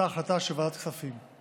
אותה החלטה של ועדת כספים.